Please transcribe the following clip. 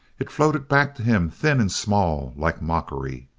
it floated back to him thin and small, like mockery.